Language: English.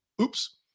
Oops